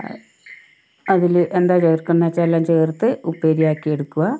അതിൽ എന്താ ചേർക്കേണ്ടതെന്നു വച്ചാൽ എല്ലാം ചേർത്ത് ഉപ്പേരിയാക്കി എടുക്കുക